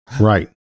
Right